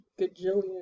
gajillion